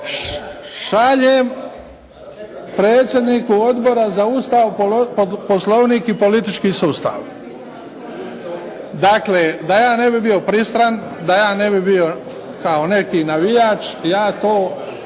šaljem predsjedniku Odbora za Ustav, poslovnik i politički sustav. Dakle, da ja ne bih bio pristran, da ja ne bih bio kao neki navijač, ja to